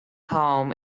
home